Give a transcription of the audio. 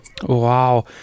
Wow